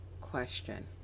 question